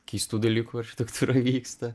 keistų dalykų architektūroj vyksta